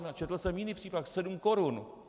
Četl jsem jiný příklad: sedm korun!